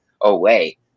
away